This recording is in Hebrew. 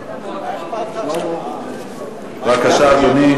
בבקשה, אדוני.